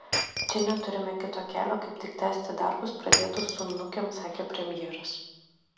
čia neturime kito kelio kaip tik tęsti darbus pradėtus su nukem sakė premjeras